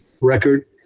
record